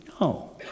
No